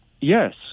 Yes